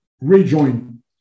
rejoin